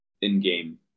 in-game